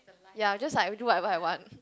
ya just like we do whatever I want